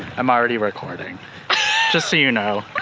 i'm already recording just so you know.